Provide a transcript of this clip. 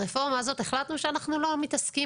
ברפורמה הזאת החלטנו שאנחנו לא מתעסקים